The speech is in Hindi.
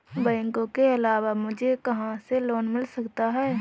बैंकों के अलावा मुझे कहां से लोंन मिल सकता है?